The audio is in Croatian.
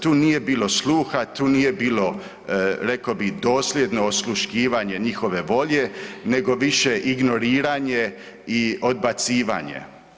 Tu nije bilo sluha, tu nije bilo rekao bi dosljedno osluškivanje njihove volje, nego više ignoriranje i odbacivanje.